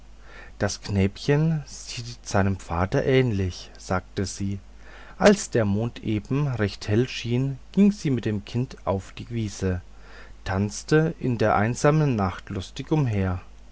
das knäbchen sieht seinem vater ähnlich sagte sie als der mond eben recht helle schien ging sie mit dem kind auf die wiese tanzte in der einsamen nacht lustig umher